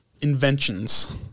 inventions